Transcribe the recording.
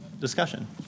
discussion